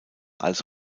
als